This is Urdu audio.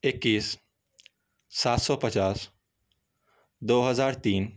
اکیس سات سو پچاس دو ہزار تین